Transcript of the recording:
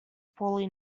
poorly